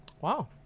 wow